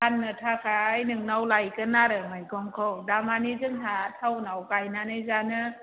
फान्नो थाखाय नोंनाव लायगोन आरो मैगंखौ थारमाने जोंहा टाउनाव गायनानै जानो